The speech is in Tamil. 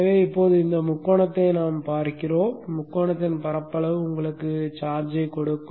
எனவே இப்போது இந்த முக்கோணத்தைப் பார்ப்போம் முக்கோணத்தின் பரப்பளவு உங்களுக்கு சார்ஜை கொடுக்கும்